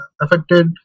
affected